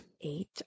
Eight